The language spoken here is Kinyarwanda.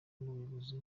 n’ubuyobozi